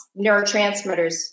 neurotransmitters